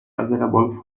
available